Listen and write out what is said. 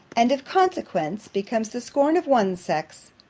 and, of consequence, becomes the scorn of one sex,